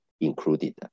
included